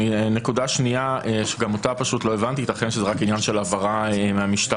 נקודה שנייה שגם אותה לא הבנתי ויתכן שזה רק עניין של הבהרה מהמשטרה.